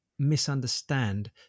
Misunderstand